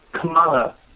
Kamala